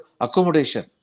accommodation